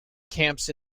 camps